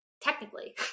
technically